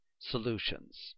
solutions